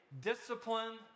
discipline